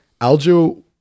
aljo